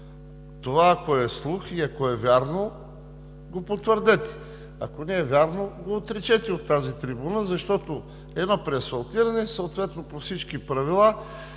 това е слух и е вярно, го потвърдете, ако не е вярно, го отречете от тази трибуна, защото за едно преасфалтиране, съответно по всички правила,